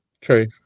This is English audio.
True